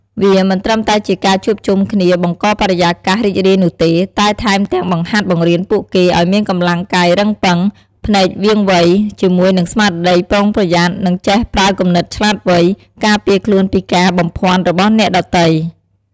វាមិនត្រឹមតែជាការជួបជុំគ្នាបង្កបរិយាកាសរីករាយនោះទេ តែថែមទាំងបង្ហាត់បង្រៀនពួកគេ ឲ្យមានកម្លាំងកាយរឹងប៉ឹង ភ្នែកវាងវៃ ជាមួយនឹងស្មារតីប្រុងប្រយ័ត្ន និងចេះប្រើគំនិតឆ្លាតវៃ ការពារខ្លួនពីការបំភ័ន្តរបស់អ្នកដទៃ។